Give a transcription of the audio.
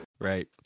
Right